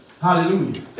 hallelujah